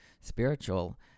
spiritual